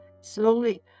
slowly